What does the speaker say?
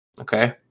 Okay